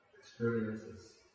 experiences